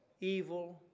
evil